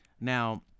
now